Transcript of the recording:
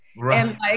Right